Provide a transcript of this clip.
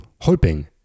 hoping